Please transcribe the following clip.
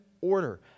order